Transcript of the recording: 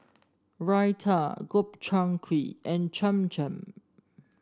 Raita Gobchang Gui and Cham Cham